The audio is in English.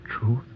truth